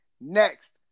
next